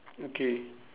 okay